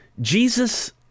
Jesus